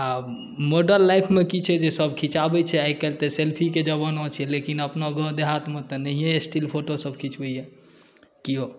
आ मॉडल लाइवमे की छै जे सभ खिचाबै छै आइ काल्हि तऽ सेल्फ़ीके जमाना छै लेकिन अपना गाम देहातमे तऽ नहिए स्टिल फ़ोटोसभ खिचबै किओ